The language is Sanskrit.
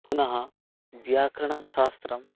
पुनः व्याकरणशास्त्रम्